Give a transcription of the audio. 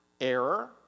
error